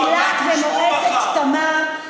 עם אילת ועם מועצת תמר.